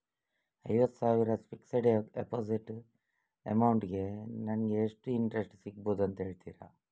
ಐವತ್ತು ಸಾವಿರ fixed deposit amount ಗೆ ನಂಗೆ ಎಷ್ಟು ಇಂಟ್ರೆಸ್ಟ್ ಸಿಗ್ಬಹುದು ಅಂತ ಹೇಳ್ತೀರಾ?